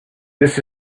this